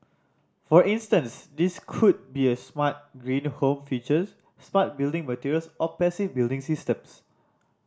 for instance these could be smart green home features smart building materials or passive building systems